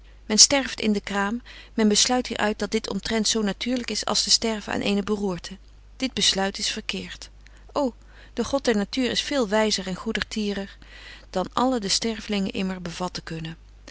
men sterft in de kraam men besluit hier uit dat dit omtrent zo natuurlyk is als te sterven aan eene beroerte dit besluit is verkeert o de god der natuur is veel wyzer en goedertierner dan alle de stervelingen immer bevatten kunnen